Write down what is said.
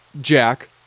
jack